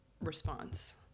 response